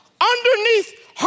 underneath